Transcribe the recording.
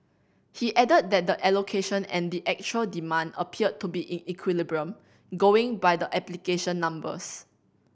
he added that the allocation and the actual demand appeared to be in equilibrium going by the application numbers